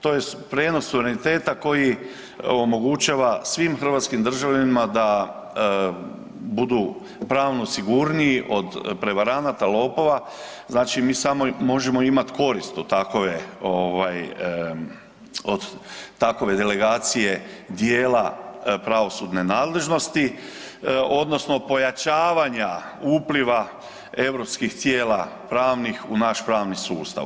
To je prijenos suvereniteta koji omogućava svim hrvatskim državljanima da budu pravo sigurniji od prevaranata, lopova, znači mi samo možemo imati korist od takove od takove delegacije dijela pravosudne nadležnosti odnosno pojačavanja upliva europskih tijela pravnih u naš pravni sustav.